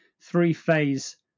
three-phase